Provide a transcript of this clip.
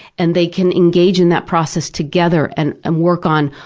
and they can engage in that process together and and work on,